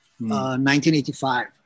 1985